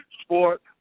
sport